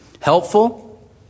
Helpful